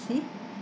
see